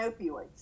opioids